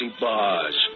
bars